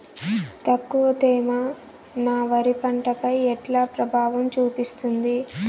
తక్కువ తేమ నా వరి పంట పై ఎట్లా ప్రభావం చూపిస్తుంది?